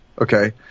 Okay